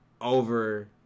over